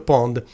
Pond